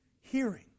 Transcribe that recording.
hearing